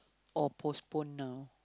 or postpone now